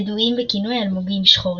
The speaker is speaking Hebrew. ידועים בכינוי "אלמוגים שחורים".